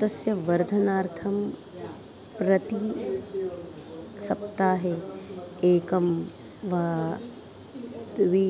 तस्य वर्धनार्थं प्रतिसप्ताहे एकं वा द्वि